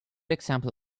example